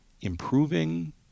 improving